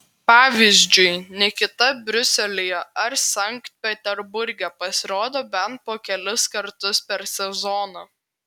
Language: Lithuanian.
pavyzdžiui nikita briuselyje ar sankt peterburge pasirodo bent po kelis kartus per sezoną